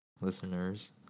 listeners